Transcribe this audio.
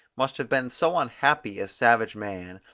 must have been so unhappy as savage man,